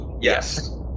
Yes